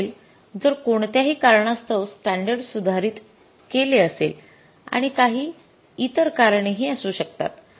तो असेल जर कोणत्याही कारणास्तव स्टॅंडर्ड सुधारित केले असेल आणि काही इतर कारणे हि असू शकतात